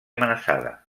amenaçada